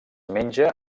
menja